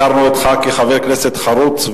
הכרנו אותך כחבר כנסת חרוץ,